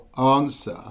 answer